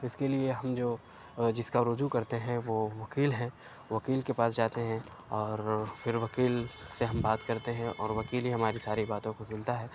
تو اس کے لیے ہم جو جس کا رجوع کرتے ہیں وہ وکیل ہیں وکیل کے پاس جاتے ہیں اور پھر وکیل سے ہم بات کرتے ہیں اور وکیل ہی ہماری ساری باتوں کو سنتا ہے